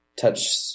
touch